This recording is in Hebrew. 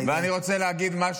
חצוף.